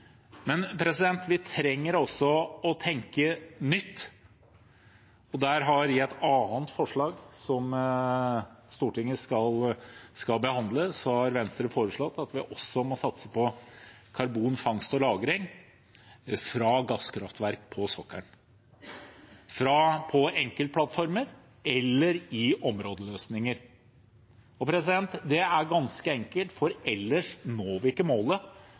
Men vi trenger også å tenke nytt, og der har vi et annet forslag – som Stortinget skal behandle – der Venstre har foreslått at vi også må satse på karbonfangst og -lagring fra gasskraftverk på sokkelen, på enkeltplattformer eller i områdeløsninger. Det er ganske enkelt, for ellers når vi ikke målet